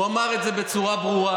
הוא אמר את זה בצורה ברורה.